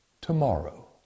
tomorrow